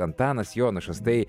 antanas jonušas tai